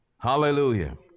Hallelujah